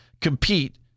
compete